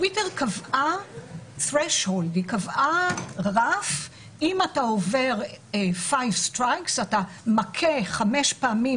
טוויטר קבעה רף שאם אתה עובר ומכה חמש פעמים